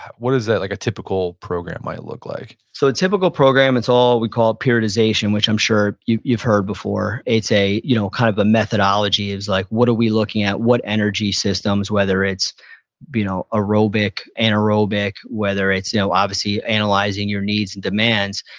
what is that like a typical program might look like so, a typical program, it's all, we call it puritization, which i'm sure you've you've heard before. it's a, you know kind of a methodology is like what are we looking at? what energy systems? whether its you know aerobic, anaerobic. whether it's you know obviously analyzing your needs and demands.